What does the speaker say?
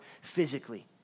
physically